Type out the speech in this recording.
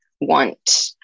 want